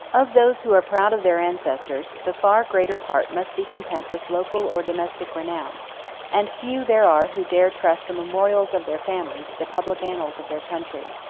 of those who are proud of their ancestors, the far greater part must be content with local or domestic renown and few there are who dare trust the memorials of their family to the public annals of their country.